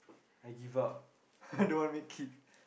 I give up don't want make kids